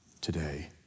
today